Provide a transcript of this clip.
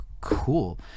cool